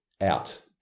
out